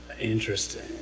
Interesting